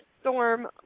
storm